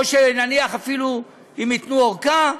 או שנניח אפילו אם ייתנו ארכה,